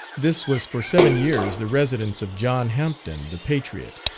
this was for seven years the residence of john hampden the patriot,